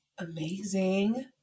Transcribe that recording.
Amazing